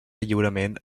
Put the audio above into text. lliurement